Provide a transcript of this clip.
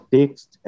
Text